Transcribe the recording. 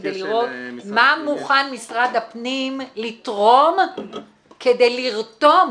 כדי לראות מה מוכן משרד הפנים לתרום כדי לרתום